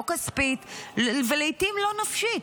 לא כספית ולעיתים לא נפשית,